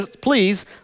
please